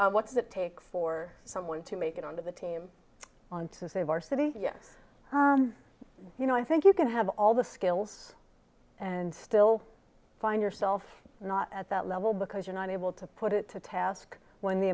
v what does it take for someone to make it on the team on to save our city yeah you know i think you can have all the skills and still find yourself not at that level because you're not able to put it to task when the